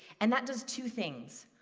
and that does two things.